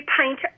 Paint